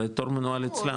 הרי התור מנוהל אצלם.